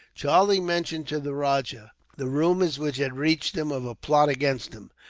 charlie mentioned, to the rajah, the rumours which had reached him of a plot against him.